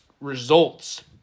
results